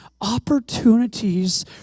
opportunities